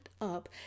up